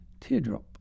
Teardrop